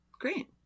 Great